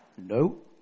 No